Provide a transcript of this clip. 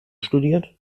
studiert